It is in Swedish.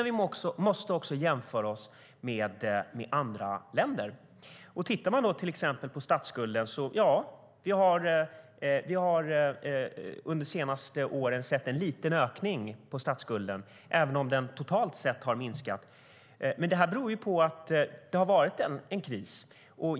Vi måste också jämföra oss med andra länder. Tittar man då till exempel på statsskulden framgår det att vi under de senaste åren har sett en liten ökning på statsskulden, även om den totalt sett har minskat. Men det beror ju på att det har varit en kris.